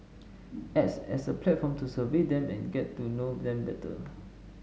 acts as a platform to survey them and get to know them better